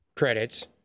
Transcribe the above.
credits